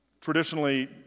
traditionally